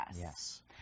yes